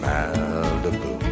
Malibu